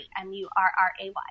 M-U-R-R-A-Y